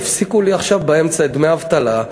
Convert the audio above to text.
הפסיקו לי עכשיו באמצע את דמי האבטלה.